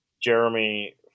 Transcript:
Jeremy